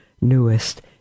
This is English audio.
newest